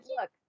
look